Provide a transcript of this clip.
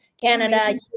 Canada